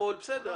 רק